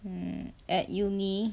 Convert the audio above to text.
mm at uni